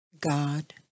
God